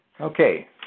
Okay